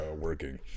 working